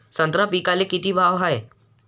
संत्रा पिकाले किती भाव हाये?